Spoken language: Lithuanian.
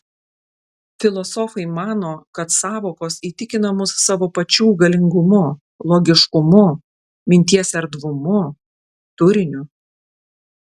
filosofai mano kad sąvokos įtikina mus savo pačių galingumu logiškumu minties erdvumu turiniu